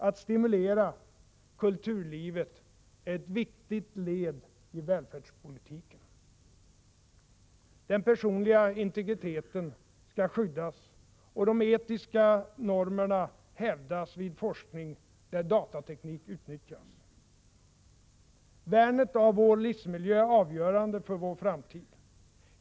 Att stimulera kulturlivet är ett viktigt led i välfärdspolitiken. Den personliga integriteten skall skyddas och de etiska normerna hävdas vid forskning där datateknik utnyttjas. Värnet av vår livsmiljö är avgörande för vår framtid.